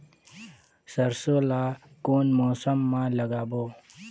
सरसो ला कोन मौसम मा लागबो?